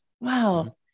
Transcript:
wow